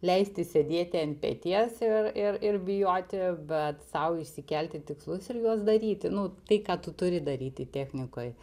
leisti sėdėti ant peties ir ir ir bijoti bet sau išsikelti tikslus ir juos daryti nu tai ką tu turi daryti technikoj